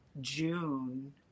June